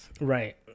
Right